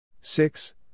six